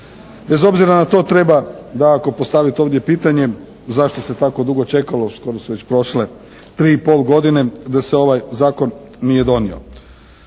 Bez obzira na to, treba svakako postaviti ovdje pitanje, zašto se tako dugo čekalo? Skoro su već prošle tri i pol godine, da se ovaj zakon nije donio,